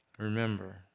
Remember